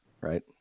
Right